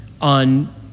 on